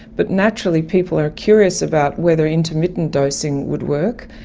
but naturally people are curious about whether intermittent dosing would work,